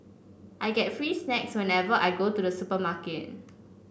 I get free snacks whenever I go to the supermarket